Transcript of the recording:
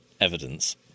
evidence